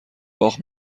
باخت